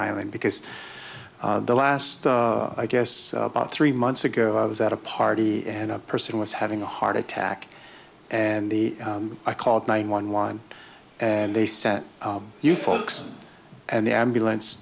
island because the last guests about three months ago i was at a party and a person was having a heart attack and the i called nine one one and they said you folks and the ambulance